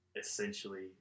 essentially